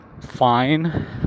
fine